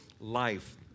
life